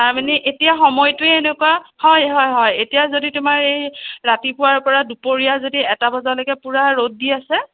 তাৰমানে এতিয়া সময়টোৱে এনেকুৱা হয় হয় হয় এতিয়া যদি তোমাৰ এই ৰাতিপুৱাৰ পৰা দুপৰীয়া যদি এটা বজালৈকে পূৰা ৰ'দ দি আছে